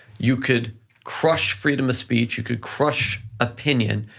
you could crush freedom of speech, you could crush opinion,